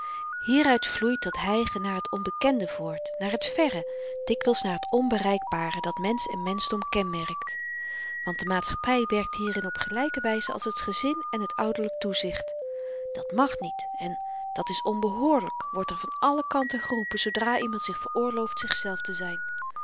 hieruit vloeit dat hygen naar t onbekende voort naar t verre dikwyls naar t onbereikbare dat mensch en menschdom kenmerkt want de maatschappy werkt hierin op gelyke wyze als het gezin en t ouderlyk toezicht dat mag niet en dat is onbehoorlyk wordt er van alle kanten geroepen zoodra iemand zich veroorlooft zichzelf te zyn